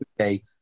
Okay